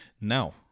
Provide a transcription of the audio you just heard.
Now